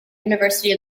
university